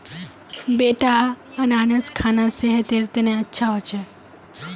बेटा अनन्नास खाना सेहतेर तने अच्छा हो छेक